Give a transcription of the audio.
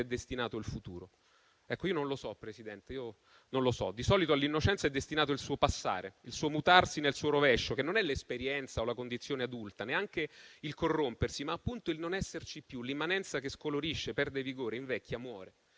è destinato il futuro. Ecco, Presidente, io non lo so: di solito, all’innocenza è destinato il suo passare, il suo mutarsi nel suo rovescio, che non è l’esperienza o la condizione adulta e neanche il corrompersi, ma il non esserci più, l’immanenza che scolorisce, perde vigore, invecchia e muore.